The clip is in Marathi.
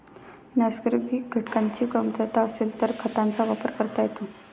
नैसर्गिक घटकांची कमतरता असेल तर खतांचा वापर करता येतो